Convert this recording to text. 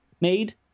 made